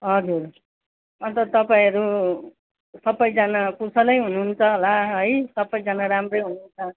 हजुर अन्त तपाईँहरू सबैजाना कुशलै हुनुहुन्छ होला है सबैजाना राम्रै नै हुनुहुन्छ